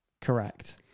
correct